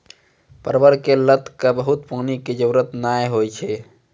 परवल के लत क बहुत पानी के जरूरत नाय होय छै